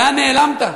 לאן נעלמת?